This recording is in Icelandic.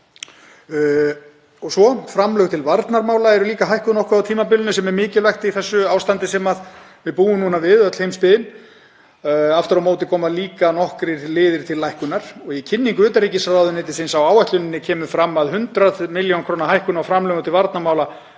Og svo: Framlög til varnarmála eru líka hækkuð nokkuð á tímabilinu sem er mikilvægt í þessu ástandi sem við búum núna við, öll heimsbyggðin. Aftur á móti koma líka nokkrir liðir til lækkunar. Í kynningu utanríkisráðuneytisins á áætluninni kemur fram 100 millj. kr. hækkun á framlögum til varnarmála